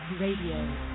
Radio